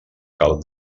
cal